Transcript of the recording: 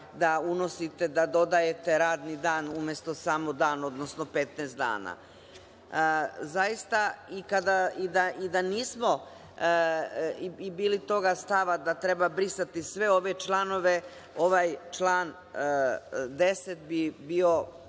da unosite, da dodajete radni dan, umesto samo radni dan, odnosno 15 dana? Zaista, i da nismo bili tog stava da treba brisati sve ove članove, ovaj član 10. bi bio,